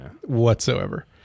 whatsoever